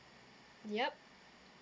yup